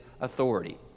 authority